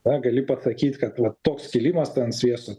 na gali pasakyt kad va toks kilimas ten sviesto